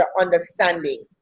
understanding